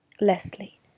Leslie